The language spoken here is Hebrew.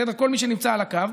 כל מי שנמצא על הקו,